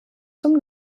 zum